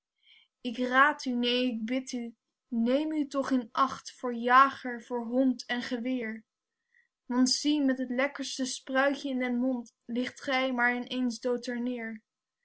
ik raad neen ik bid u neem u toch in acht voor jager voor hond en geweer want zie met het lekkerste spruitje in den mond ligt gij maar ineens dood terneer